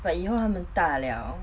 but 以后他们大了